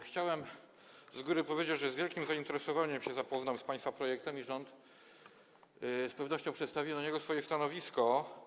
Chciałem z góry powiedzieć, że z wielkim zainteresowaniem zapoznam się z państwa projektem i rząd z pewnością przedstawi co do niego swoje stanowisko.